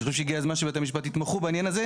אני חושב שהגיע הזמן שבתי משפט יתמכו בעניין הזה.